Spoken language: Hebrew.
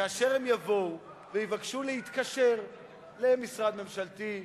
כאשר הם יבואו ויבקשו להתקשר למשרד ממשלתי,